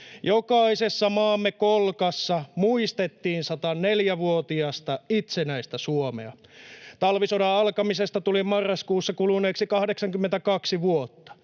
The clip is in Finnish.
Jokaisessa maamme kolkassa muistettiin 104-vuotiasta itsenäistä Suomea. Talvisodan alkamisesta tuli marraskuussa kuluneeksi 82 vuotta.